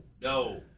no